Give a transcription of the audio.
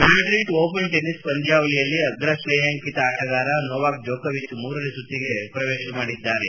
Madrid Open tennis ಪಂದ್ಧಾವಳಿಯಲ್ಲಿ ಅಗ್ರ ತ್ರೇಯಾಂಕಿತ ಆಟಗಾರ ನೋವಾಕ್ ಜೊಕೊವಿಚ್ ಮೂರನೇ ಸುತ್ತಿಗೆ ಪ್ರವೇಶ ಪಡೆದಿದ್ದಾರೆ